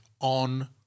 on